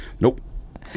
Nope